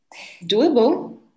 Doable